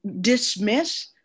dismiss